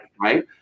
right